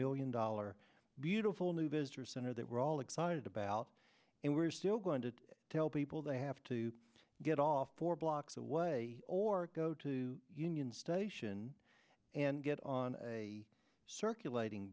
million dollar beautiful new visitor center that we're all excited about and we're still going to tell people they have to get off four blocks away or go to union station and get on a circulating